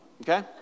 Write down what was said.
okay